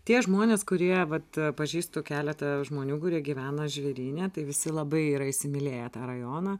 tie žmonės kurie vat pažįstu keletą žmonių kurie gyvena žvėryne tai visi labai yra įsimylėję tą rajoną